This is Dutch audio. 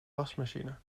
wasmachine